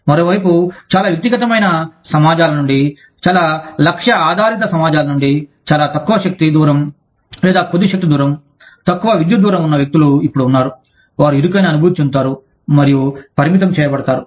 మరోవైపు చాలా వ్యక్తిగతమైన సమాజాల నుండి చాలా లక్ష్య ఆధారిత సమాజాల నుండి చాలా తక్కువ శక్తి దూరం లేదా కొద్ది శక్తి దూరం తక్కువ విద్యుత్ దూరం ఉన్న వ్యక్తులు ఇప్పుడు ఉన్నారు వారు ఇరుకైన అనుభూతి చెందుతారు మరియు పరిమితం చేయబడతారు